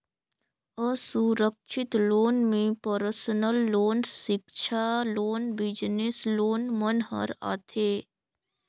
असुरक्छित लोन में personal loan, सिक्छा लोन, बिजनेस लोन मन हर आथे